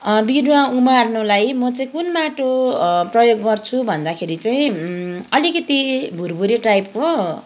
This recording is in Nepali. बिरुवा उमार्नुलाई म चाहिँ कुन माटो प्रयोग गर्छु भन्दाखेरि चाहिँ अलिकति भुरभरे टाइपको